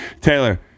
Taylor